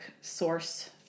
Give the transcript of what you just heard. source